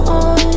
on